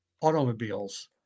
automobiles